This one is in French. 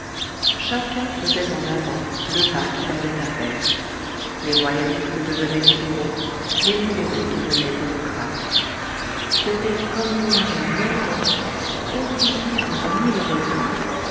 chacun faisait en avant le pas qu'il avait à faire les royalistes devenaient libéraux les libéraux devenaient démocrates c'était comme une marée montante compliquée de mille reflux